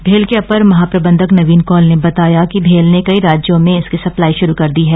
भेल के अपर महाप्रबंधक नवीन कौल ने बताया कि भेल ने कई राज्यों में इसकी सप्लाई भी शुरू कर दी है